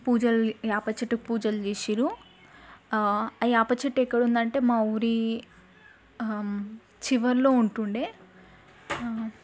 పూజలు వేప చెట్టుకి పూజలు చేసారు ఆ వేప చెట్టు ఎక్కడుందంటే మా ఊరి చివర్లో ఉంటుండే